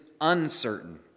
uncertain